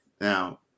Now